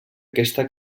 aquesta